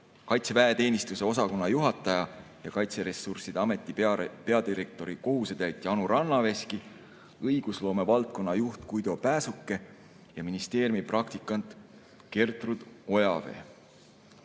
kaitseväeteenistuse osakonna juhataja ja Kaitseressursside Ameti peadirektori kohusetäitja Anu Rannaveski, õigusloomevaldkonna juht Guido Pääsuke ja ministeeriumi praktikant Gertrud Ojavee. Tegu